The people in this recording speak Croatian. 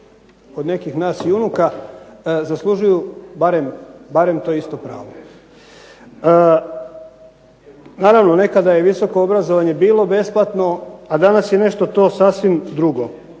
kod nekih nas i unuka zaslužuju barem to isto pravo. Naravno nekada je visoko obrazovanje bilo besplatno, a danas je nešto to sasvim drugo.